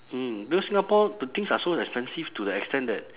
mm because singapore the things are so expensive to the extent that